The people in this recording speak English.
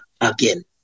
again